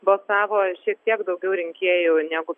balsavo šiek tiek daugiau rinkėjų negu